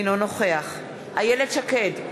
אינו נוכח איילת שקד,